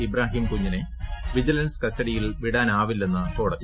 ഇബ്രാഹിംകുഞ്ഞിനെ vigilance കസ്റ്റഡിയിൽ വിടാനാവില്ലെന്ന് കോടതി